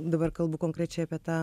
dabar kalbu konkrečiai apie tą